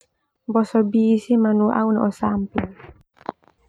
Boso bih si, manu au nai oh samping ah.